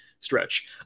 Stretch